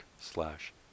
slash